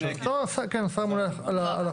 כן, השר הממונה על החוק.